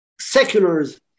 seculars